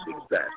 success